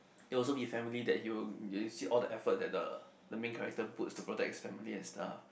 it will also be family that he will you see all the effort that the the main character puts to protect his family and stuff